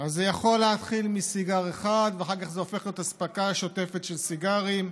זה יכול להתחיל מסיגר אחד ואחר כך זה הופך להיות אספקה שוטפת של סיגרים.